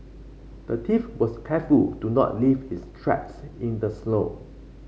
the thief was careful to not leave his tracks in the snow